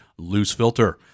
loosefilter